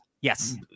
Yes